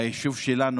ביישוב שלנו,